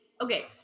okay